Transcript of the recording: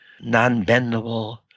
non-bendable